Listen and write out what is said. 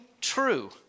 true